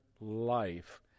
life